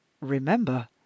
Remember